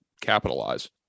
capitalize